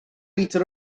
litr